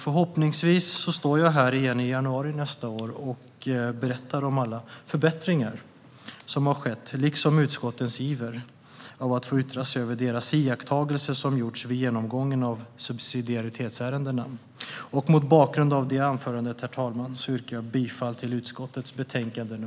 Förhoppningsvis står jag här igen i januari nästa år och berättar om alla förbättringar som har skett liksom utskottens iver att få yttra sig över de iakttagelser som gjorts vid genomgången av subsidiaritetsärendena.